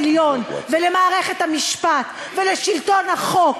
העליון ולמערכת המשפט ולשלטון החוק,